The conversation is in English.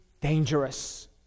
dangerous